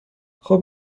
خوب